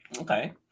Okay